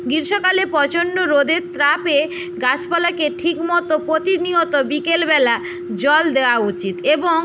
গ্রীষ্মকালে প্রচণ্ড রোদের তাপে গাছপালাকে ঠিক মতো প্রতিনিয়ত বিকেলবেলা জল দেওয়া উচিত এবং